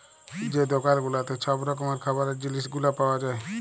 যে দকাল গুলাতে ছব রকমের খাবারের জিলিস গুলা পাউয়া যায়